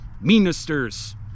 Ministers